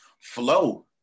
flow